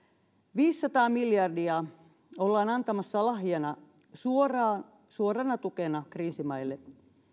viisisataa miljardia ollaan antamassa lahjana suorana tukena kriisimaille